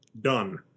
Done